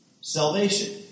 salvation